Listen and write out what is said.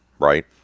right